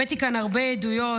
הבאתי כאן הרבה עדויות.